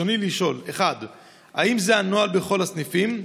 רצוני לשאול: 1. האם זה הנוהל בכל הסניפים בארץ?